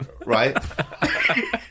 right